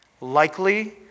Likely